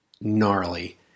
gnarly